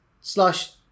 slash